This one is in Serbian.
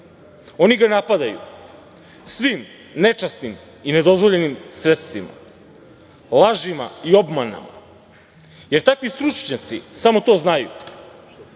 oni ga napadaju svim nečasnim i nedozvoljenim sredstvima, lažima i obmanama. Takvi stručnjaci samo to znaju,